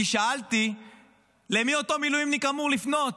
כי שאלתי למי אותו מילואימניק אמור לפנות,